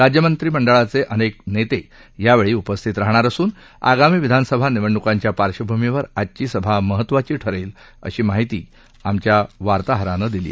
राज्यमंत्री मंडळाचे अनेक नेते यावेळी उपस्थितीत राहणार असून आगामी विधानसभा निवडणुकांच्या पार्श्वभूमीवर आजची सभा महत्त्वाची ठरेल अशी माहिती आमच्या वार्ताहारानं दिली